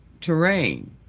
terrain